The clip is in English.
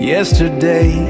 Yesterday